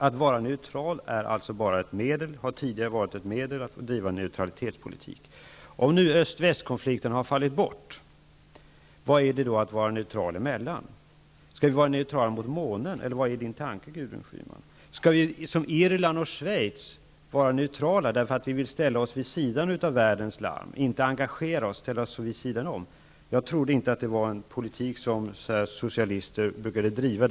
Att vara neutral har tidigare alltså bara varit ett medel att driva neutralitetspolitik. Om öst-väst-- konflikten har fallit bort, gentemot vem skall man då vara neutral? Skall vi vara neutrala mot månen, eller vad har Gudrun Schyman för tanke? Skall vi liksom Irland och Schweiz vara neutrala därför att vi vill ställa oss vid sidan av världens larm och inte engagera oss. Jag trodde inte att detta var en politik som socialister brukade driva.